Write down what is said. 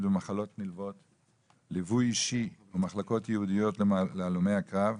במחלות נלוות; ליווי אישי במחלקות ייעודיות להלומי קרב,